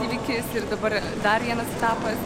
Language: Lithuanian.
įvykis ir dabar dar vienas etapas